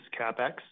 CapEx